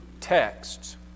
texts